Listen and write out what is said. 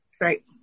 Right